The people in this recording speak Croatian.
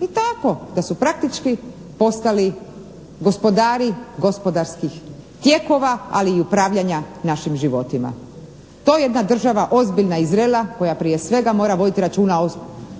I tako, to su praktički postali gospodari gospodarskih tijekova ali i upravljanja našim životima. To jedna država ozbiljna i zrela koja prije svega mora voditi računa o